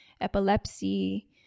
epilepsy